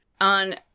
on